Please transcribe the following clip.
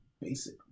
Basic